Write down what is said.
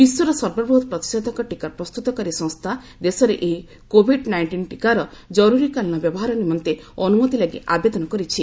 ବିଶ୍ୱର ସର୍ବବୃହତ ପ୍ରତିଷେଧକ ଟୀକା ପ୍ରସ୍ତୁତକାରୀ ସଂସ୍ଥା ଦେଶରେ ଏହି କୋଭିଡ୍ ନାଇଷ୍ଟିନ୍ ଟୀକାର ଜର୍ରରୀକାଳୀନ ବ୍ୟବହାର ନିମନ୍ତେ ଅନ୍ତମତି ଲାଗି ଆବେଦନ କରିଛି